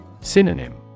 Synonym